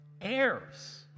heirs